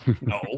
No